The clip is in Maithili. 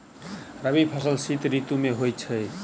रबी फसल शीत ऋतु मे होए छैथ?